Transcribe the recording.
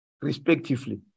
respectively